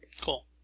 Cool